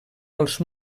els